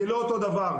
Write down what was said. זה לא אותו דבר.